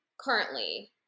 currently